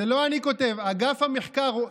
זה אגף המחקר.